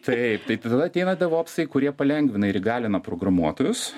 taip tai tada ateina devopsai kurie palengvina ir įgalina programuotojus